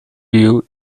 you